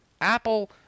Apple